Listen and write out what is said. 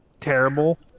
terrible